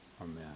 Amen